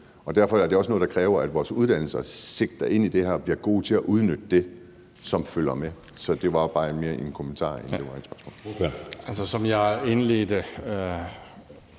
Og derfor er det også noget, der kræver, at vores uddannelser tager sigte på det her og bliver gode til at udnytte det, som følger med. Så det var bare mere en kommentar, end det var et spørgsmål. Kl. 15:19 Anden